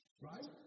Right